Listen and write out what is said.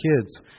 kids